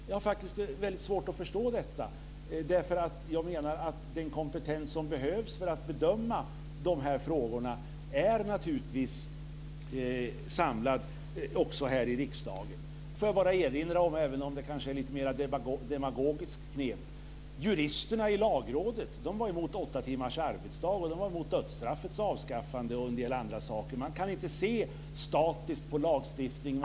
Jag har svårt att förstå detta. Jag menar att den kompetens som behövs för att bedöma de här frågorna naturligtvis är samlad också här i riksdagen. Får jag bara erinra om - även om det kanske är ett lite mer demagogiskt knep - att juristerna i Lagrådet var emot åtta timmars arbetsdag, dödsstraffets avskaffande och en del andra saker. Man kan inte se statiskt på lagstiftningen.